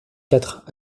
quatre